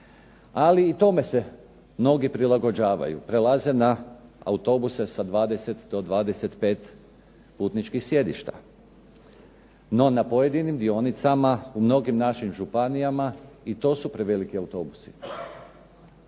ali i tome se mnogi prilagođavaju, prelaze na autobuse sa 20 do 25 putničkih sjedišta. No na pojedinim dionicama u mnogim našim županijama i to su preveliki autobusi